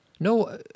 No